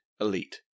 elite